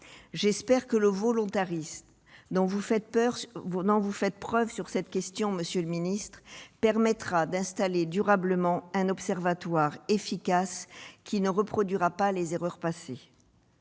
J'espère que le volontarisme dont vous faites preuve sur cette question permettra d'installer durablement un observatoire efficace, sans reproduire les erreurs passées.